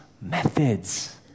methods